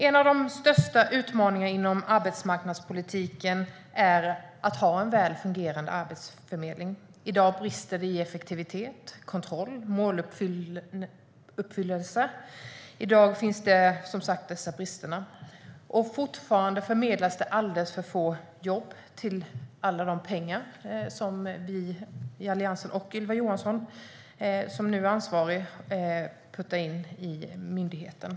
En av de största utmaningarna inom arbetsmarknadspolitiken är att ha en väl fungerande arbetsförmedling. I dag brister den i effektivitet, kontroll och måluppfyllelse. Fortfarande förmedlas alldeles för få jobb för alla de pengar som vi i Alliansen och Ylva Johansson, som nu är ansvarig, har puttat in i myndigheten.